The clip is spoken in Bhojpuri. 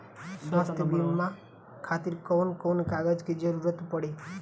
स्वास्थ्य बीमा खातिर कवन कवन कागज के जरुरत पड़ी?